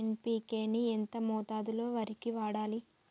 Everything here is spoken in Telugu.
ఎన్.పి.కే ని ఎంత మోతాదులో వరికి వాడాలి?